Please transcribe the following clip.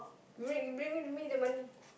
bring bring me me the money